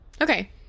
Okay